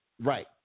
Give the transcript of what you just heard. Right